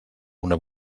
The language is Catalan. una